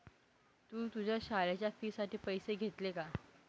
तू तुझ्या शाळेच्या फी साठी पैसे घेतले का?